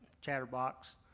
chatterbox